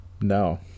No